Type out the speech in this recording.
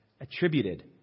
attributed